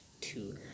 Two